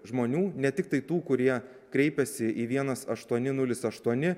žmonių ne tiktai tų kurie kreipiasi į vienas aštuoni nulis aštuoni